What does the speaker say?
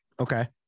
Okay